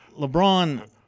LeBron